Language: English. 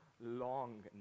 long